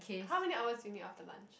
how many hours do you need after lunch